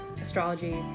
astrology